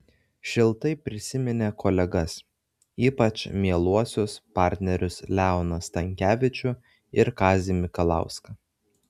šiltai prisiminė kolegas ypač mieluosius partnerius leoną stankevičių ir kazį mikalauską